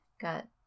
got